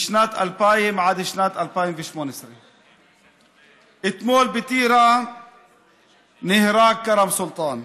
משנת 2000 עד שנת 2018. אתמול בטירה נהרג כרם סולטאן.